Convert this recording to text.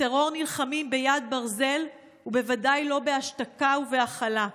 בטרור נלחמים ביד ברזל ובוודאי לא בהשתקה ובהכלה.